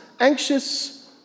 anxious